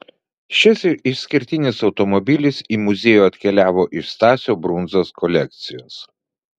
šis išskirtinis automobilis į muziejų atkeliavo iš stasio brundzos kolekcijos